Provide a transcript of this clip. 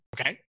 Okay